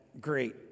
great